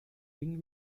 been